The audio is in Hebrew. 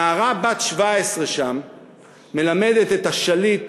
נערה בת 17 שם מלמדת את השליט